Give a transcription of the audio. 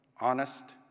honest